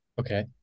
Okay